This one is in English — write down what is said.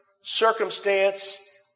circumstance